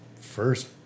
first